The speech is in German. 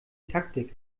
taktik